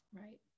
Right